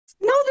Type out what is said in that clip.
No